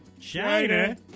China